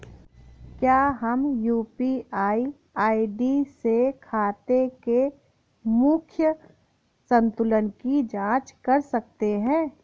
क्या हम UPI ID से खाते के मूख्य संतुलन की जाँच कर सकते हैं?